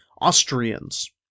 Austrians